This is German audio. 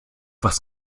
was